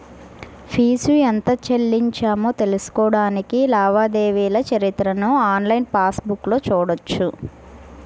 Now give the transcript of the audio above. fee ఎంత చెల్లించామో తెలుసుకోడానికి లావాదేవీల చరిత్రను ఆన్లైన్ పాస్ బుక్లో చూడొచ్చు